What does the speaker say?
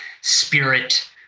spirit